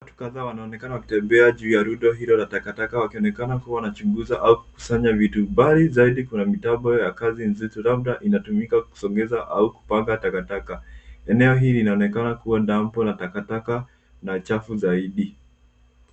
Watu kadhaa wanaonekana wakitembea juu ya rundo hilo la takataka wakionekana kuwa wanachunguza au kukusanya vitu. Mbali zaidi kuna mitambo ya kazi nzito labda inatumika kusongeza au kupanga takataka. Eneo hii linaonekana kuwa dampu la takataka na chafu zaidi.